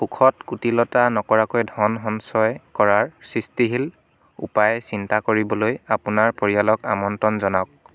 সুখত কুটিলতা নকৰাকৈ ধন সঞ্চয় কৰাৰ সৃষ্টিশীল উপায় চিন্তা কৰিবলৈ আপোনাৰ পৰিয়ালক আমন্ত্ৰণ জনাওক